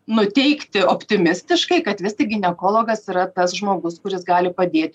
nuteikti optimistiškai kad vis tik ginekologas yra tas žmogus kuris gali padėt